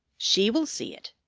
she will see it,